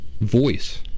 voice